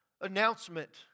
announcement